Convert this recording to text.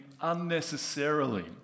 unnecessarily